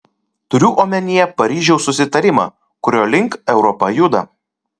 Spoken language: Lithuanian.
turiu omenyje paryžiaus susitarimą kurio link europa juda